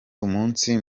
umunsi